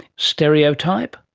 stereotype?